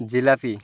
jalebi